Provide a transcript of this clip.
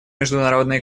международная